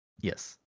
Yes